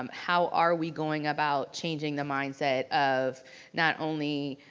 um how are we going about changing the mindset of not only